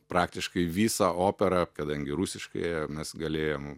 praktiškai visą operą kadangi rusiškai ėjo mes galėjom